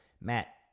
Matt